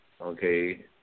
Okay